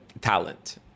talent